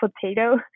potato